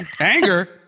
Anger